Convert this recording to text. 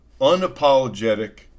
unapologetic